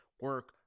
Work